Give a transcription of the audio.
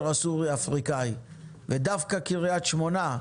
הסורי אפריקאי ודווקא קריית שמונה,